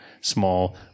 small